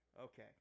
Okay